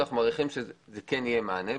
אנחנו מעריכים שזה כן יהיה מענה.